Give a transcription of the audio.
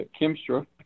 Kimstra